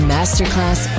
Masterclass